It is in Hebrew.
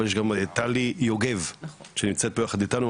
אבל יש גם את טלי יוגב שנמצאת ביחד איתנו,